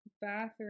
bathroom